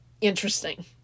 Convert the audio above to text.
interesting